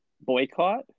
boycott